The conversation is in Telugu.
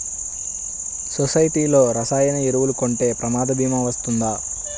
సొసైటీలో రసాయన ఎరువులు కొంటే ప్రమాద భీమా వస్తుందా?